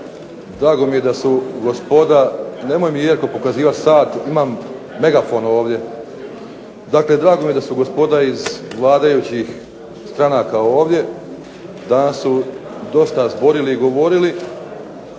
drago mi je da su gospoda iz vladajućih stranaka ovdje, danas su dosta zborili i govorili